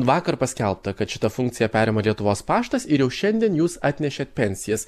vakar paskelbta kad šitą funkciją perima lietuvos paštas ir jau šiandien jūs atnešėt pensijas